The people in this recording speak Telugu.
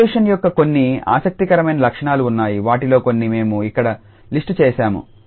కన్వల్యూషన్ యొక్క కొన్ని ఆసక్తికరమైన లక్షణాలు ఉన్నాయి వాటిలో కొన్ని మేము ఇక్కడ లిస్ట్ చేస్తాము